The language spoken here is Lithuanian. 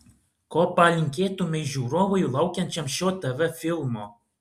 ko palinkėtumei žiūrovui laukiančiam šio tv filmo